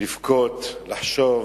לבכות, לחשוב,